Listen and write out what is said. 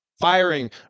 Firing